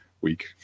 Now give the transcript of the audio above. week